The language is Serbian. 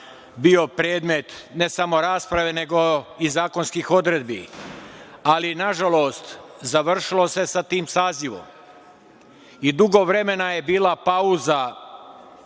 bio predmet ne samo rasprave, nego i zakonskih odredbi. Ali, nažalost, završilo se sa tim sazivom. Dugo vremena je bila pauza